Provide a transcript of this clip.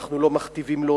אנחנו לא מכתיבים לו,